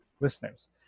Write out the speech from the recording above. listeners